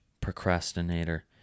procrastinator